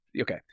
Okay